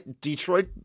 Detroit